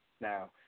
Now